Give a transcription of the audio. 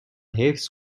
حفظ